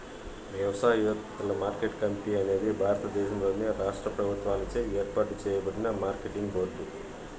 వ్యవసాయోత్పత్తుల market committee అనేది భారతదేశంలోని రాష్ట్ర ప్రభుత్వాలచే ఏర్పాటు చేయబడిన మార్కెటింగ్ బోర్డు